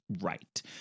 right